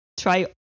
try